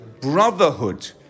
Brotherhood